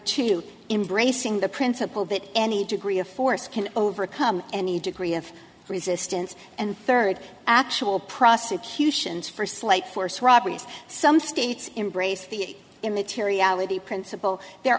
two embracing the principle that any degree of force can overcome any degree of resistance and third actual prosecutions for slight force robberies some states embrace the immaterial of the principle there